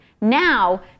Now